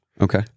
Okay